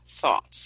thoughts